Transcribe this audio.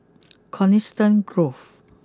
Coniston Grove